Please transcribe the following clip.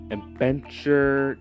Adventure